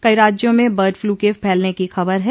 कई राज्यों में बडफ्लू के फैलने की खबर है